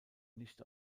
nicht